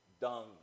dung